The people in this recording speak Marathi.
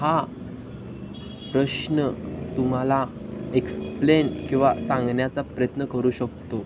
हा प्रश्न तुम्हाला एक्सप्लेन किंवा सांगण्याचा प्रयत्न करू शकतो